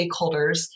stakeholders